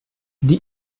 die